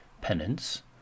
penance